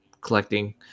collecting